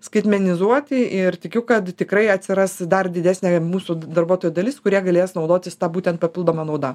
skaitmenizuoti ir tikiu kad tikrai atsiras dar didesnė mūsų darbuotojų dalis kurie galės naudotis ta būtent papildoma nauda